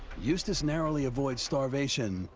eustace narrowly avoids starvation,